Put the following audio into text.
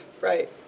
Right